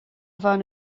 bhean